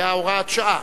היה הוראת שעה.